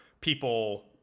people